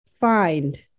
find